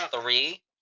Three